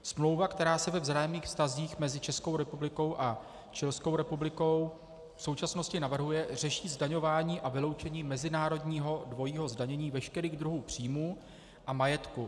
Smlouva, která se ve vzájemných vztazích mezi Českou republikou a Chilskou republikou v současnosti navrhuje, řeší zdaňování a vyloučení mezinárodního dvojího zdanění veškerých druhů příjmů a majetku.